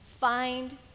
find